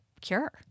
cure